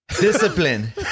Discipline